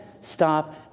stop